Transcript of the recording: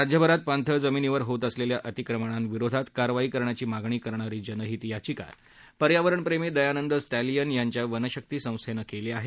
राज्यभरात पाणथळ जमिनीवर होत असलेल्या अतिक्रमणांविरोधात कारवाई करण्याची मागणी करणारी जनहित याचिका पर्यावरणप्रेमी दयानंद सा लियन यांच्या वनशक्ती संस्थेनं केली आहे